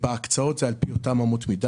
בהקצאות זה על פי אותן אמות מידה.